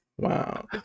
Wow